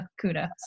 kudos